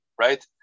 right